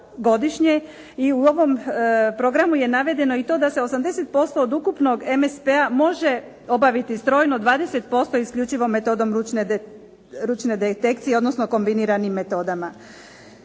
godišnje. I u ovom programu je navedeno i to da se 80% od ukupnog MSP-a može obaviti strojno 20% isključivo metodom ručne detekcije odnosno kombiniranim metodama.